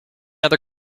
other